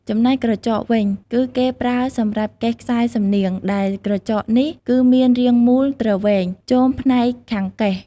ចំណែកក្រចកវិញ គឺគេប្រើសម្រាប់កេះខ្សែសំនៀង ដែលក្រចកនេះគឺមានរាងមូលទ្រវែងជមផ្នែកខាងកេះ។